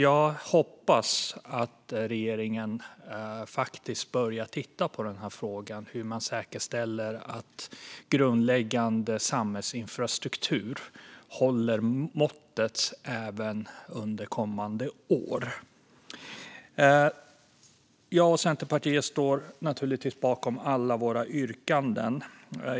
Jag hoppas att regeringen faktiskt börjar titta på denna fråga, hur man säkerställer att grundläggande samhällsinfrastruktur håller måttet även under kommande år. Jag och Centerpartiet står naturligtvis bakom alla våra yrkanden.